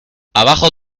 abajo